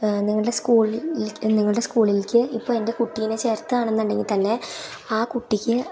നിങ്ങളുടെ സ്കൂളിൽ നിങ്ങളുടെ സ്കൂളിലേക്ക് ഇപ്പോൾ എൻ്റെ കുട്ടിയെ ചേർക്കുക ആണെന്നുണ്ടെങ്കിൽ തന്നെ ആ കുട്ടിക്ക്